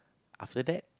after that